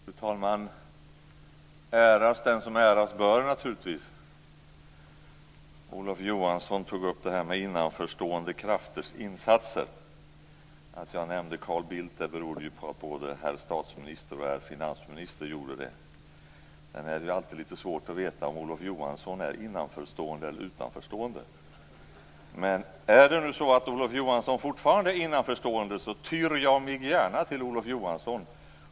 Fru talman! Äras den som äras bör, naturligtvis. Olof Johansson tog upp det här med innanförstående krafters insatser. Att jag nämnde Carl Bildt där berodde på att både herr statsministern och herr finansministern gjorde det. Sedan är det alltid litet svårt att veta om Olof Johansson är innanförstående eller utanförstående. Men är det nu så att Olof Johansson fortfarande är innanförstående tyr jag mig gärna till honom.